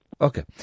Okay